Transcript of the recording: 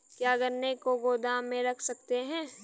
क्या गन्ने को गोदाम में रख सकते हैं?